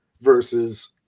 versus